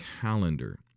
calendar